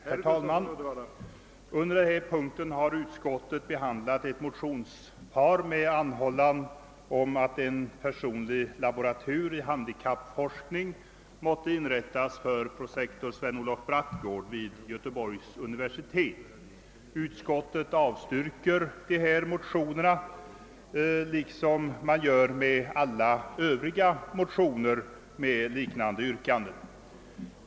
Herr talman! På denna punkt har utskottet behandlat ett motionspar, vari anhålles att en personlig laboratur i handikappforskning måtte inrättas för prosektor Sven Olof Brattgård vid Göteborgs universitet. Utskottet avstyrker dessa motioner liksom det gör med alla övriga motioner med liknande yrkande.